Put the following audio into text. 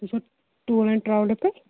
تُہۍ چھُو tour and ٹرٛاولہٕ پٮ۪ٹھ